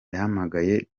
yahamagaye